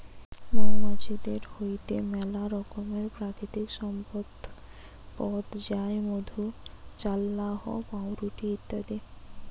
মৌমাছিদের হইতে মেলা রকমের প্রাকৃতিক সম্পদ পথ যায় মধু, চাল্লাহ, পাউরুটি ইত্যাদি